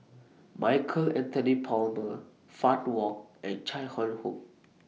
Michael Anthony Palmer Fann Wong and Chai Hon Yoong